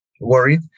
Worried